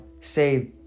Say